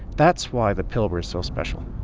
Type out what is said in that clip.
that's why the pilbara is so special.